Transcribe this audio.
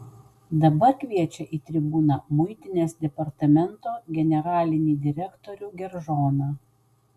dabar kviečia į tribūną muitinės departamento generalinį direktorių geržoną